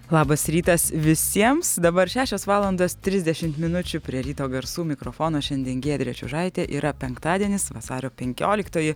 labas rytas visiems dabar šešios valandos trisdešimt minučių prie ryto garsų mikrofono šiandien giedrė čiužaitė yra penktadienis vasario penkioliktoji